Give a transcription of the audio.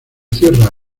tierra